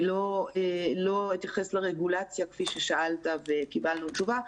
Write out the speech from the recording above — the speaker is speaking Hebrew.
אני לא אתייחס לרגולציה כפי ששאלת וקיבלנו תשובה,